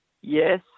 Yes